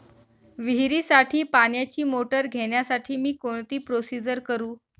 विहिरीसाठी पाण्याची मोटर घेण्यासाठी मी कोणती प्रोसिजर करु?